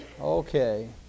Okay